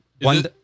one